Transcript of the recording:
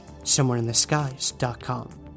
somewhereintheskies.com